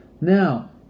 Now